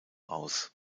aus